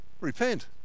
Repent